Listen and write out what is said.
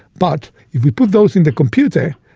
but if we put those in the computer,